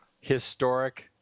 historic